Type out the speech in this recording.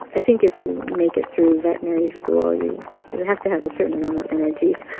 i think if you make it through veterinary school, you have to have a certain amount of energy.